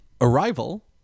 Arrival